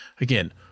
Again